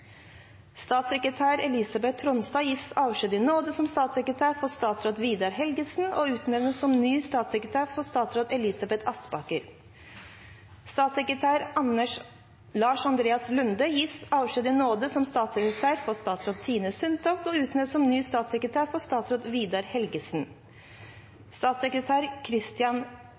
Statssekretær Elsbeth Tronstad gis avskjed i nåde som statssekretær for statsråd Vidar Helgesen og utnevnes på ny som statssekretær for statsråd Elisabeth Aspaker. 15. Statssekretær Lars Andreas Lunde gis avskjed i nåde som statssekretær for statsråd Tine Sundtoft og utnevnes på ny som statssekretær for statsråd Vidar Helgesen.